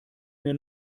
mir